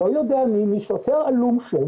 אז כל מי שלא יאכוף את האיסור שנמצא במסגרת